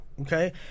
Okay